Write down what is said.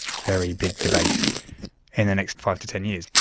very big debate in the next five to ten years.